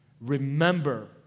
remember